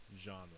genre